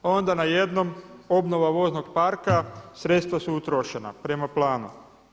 A onda najednom obnova voznog parka sredstva su utrošena prema planu.